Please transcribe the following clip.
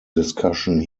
discussion